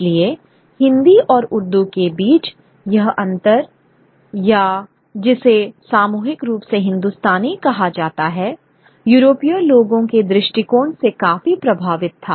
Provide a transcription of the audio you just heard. इसलिए हिंदी और उर्दू के बीच यह अंतर या जिसे सामूहिक रूप से हिंदुस्तानी कहा जाता है यूरोपीय लोगों के दृष्टिकोण से काफी प्रभावित था